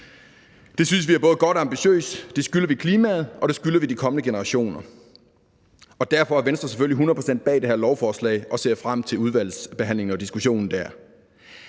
Det synes vi er både godt og ambitiøst – det skylder vi klimaet, og det skylder vi de kommende generationer. Derfor er Venstre selvfølgelig hundrede procent bag det her lovforslag, og vi ser frem til udvalgsbehandlingen og diskussionen der.